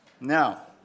Now